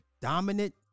dominant